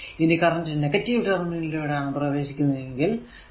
ഇനി current negative terminal ലൂടെയാണ് പ്രവേശിക്കുന്നതെങ്കിൽ p vi